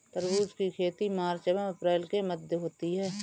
तरबूज की खेती मार्च एंव अप्रैल के मध्य होती है